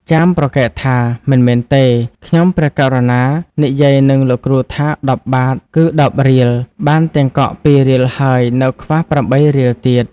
ចាមប្រកែកថា "មិនមែនទេ! ខ្ញុំព្រះករុណានិយាយនឹងលោកគ្រូថា ១០បាទ គឺ ១០រៀល បានទាំងកក់ ២រៀលហើយ នៅខ្វះ ៨រៀលទៀត"។